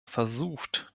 versucht